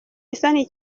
isoni